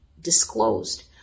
disclosed